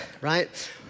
right